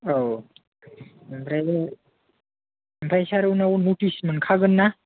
औ आमफ्राय सार उनाव नटिस मोनखागोन ना